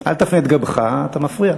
אל תפנה את גבך, אתה מפריע.